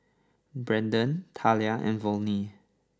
Brandon Thalia and Volney